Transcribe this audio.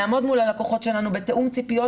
לעמוד מול הלקוחות שלנו בתיאום ציפיות